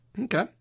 Okay